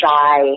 shy